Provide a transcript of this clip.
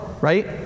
right